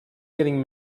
getting